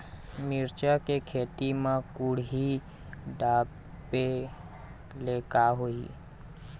मिरचा के खेती म कुहड़ी ढापे ले का होही?